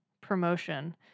promotion